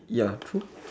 ya true